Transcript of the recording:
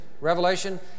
Revelation